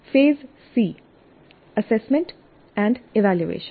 face C assessment and evaluation